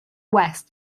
west